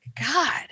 God